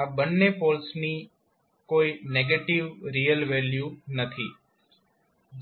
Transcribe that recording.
આ બંને પોલ્સની કોઈ નેગેટીવ રિયલ વેલ્યુ નથી